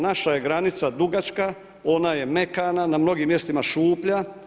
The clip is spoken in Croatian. Naša je granica dugačka, ona je mekana, na mnogim mjestima šuplja.